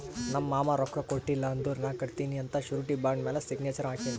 ನಮ್ ಮಾಮಾ ರೊಕ್ಕಾ ಕೊಟ್ಟಿಲ್ಲ ಅಂದುರ್ ನಾ ಕಟ್ಟತ್ತಿನಿ ಅಂತ್ ಶುರಿಟಿ ಬಾಂಡ್ ಮ್ಯಾಲ ಸಿಗ್ನೇಚರ್ ಹಾಕಿನಿ